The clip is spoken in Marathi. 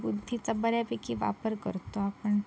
बुद्धीचा बऱ्यापैकी वापर करतो आपण